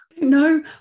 no